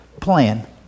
plan